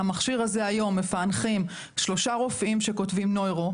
שעל המכשיר הזה היום מפענחים שלושה רופאים שכותבים נוירו,